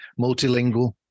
multilingual